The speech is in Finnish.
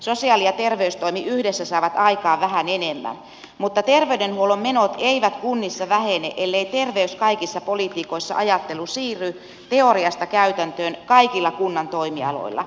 sosiaali ja terveystoimi yhdessä saavat aikaan vähän enemmän mutta terveydenhuollon menot eivät kunnissa vähene ellei terveys kaikissa politiikoissa ajattelu siirry teoriasta käytäntöön kaikilla kunnan toimialoilla